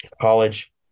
college